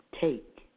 Take